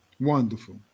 wonderful